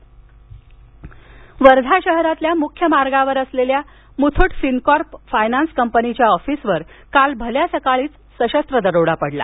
वर्धा मथट फिनकॉर्प दरोडा वर्धा शहरातल्या मुख्य मार्गावर असलेल्या मुथूट फिनकॉर्प फायनान्स कंपनीच्या ऑफिसवर काल भल्या सकाळीच सशस्त्र दरोडा पडला